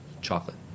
chocolate